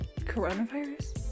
Coronavirus